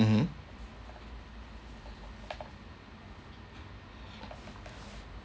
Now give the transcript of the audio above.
mmhmm